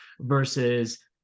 versus